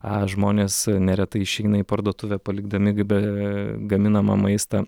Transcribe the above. ar žmonės neretai išeina į parduotuvę palikdami gaminamą maistą